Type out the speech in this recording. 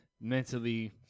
mentally